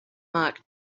mark